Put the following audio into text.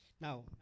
Now